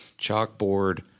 chalkboard